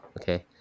Okay